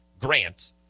Grant